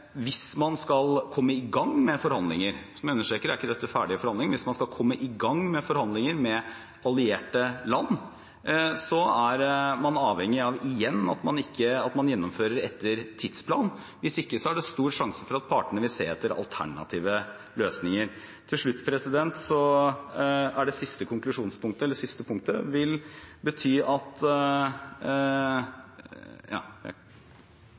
Hvis man skal komme i gang med forhandlinger – som jeg understreker, dette er ikke ferdige forhandlinger – med allierte land, er man igjen avhengig av at man gjennomfører etter tidsplanen. Hvis ikke er det stor sjanse for at partene vil se etter alternative løsninger. Til slutt: Det siste forslaget vil bety at … Saksordføreren, Steinar Reiten fra Kristelig Folkeparti, sa til NRK 6. juni at